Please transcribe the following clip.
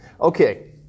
Okay